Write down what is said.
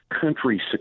country